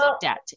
debt